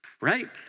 Right